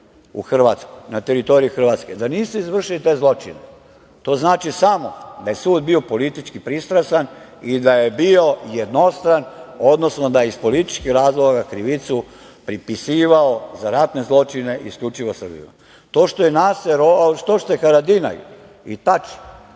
u Hrvatskoj na teritoriji Hrvatske, da nisu izvršili te zločine, to znači samo da je sud bio politički pristrasan i da je bio jednostran, odnosno da je iz političkih razloga krivicu pripisivao za ratne zločine isključivo Srbima. To što Haradinaj i Tači